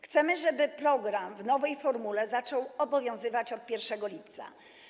Chcemy, żeby program w nowej formule zaczął obowiązywać od 1 lipca.